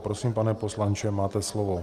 Prosím, pane poslanče, máte slovo.